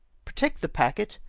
protect the packet,